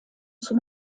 zum